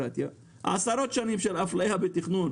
עשרות שנים של אפליה בתכנון,